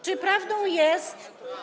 Czy prawdą jest.